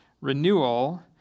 renewal